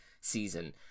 season